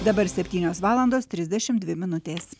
dabar septynios valandos trisdešim dvi minutės